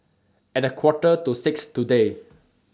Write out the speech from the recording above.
At A Quarter to six today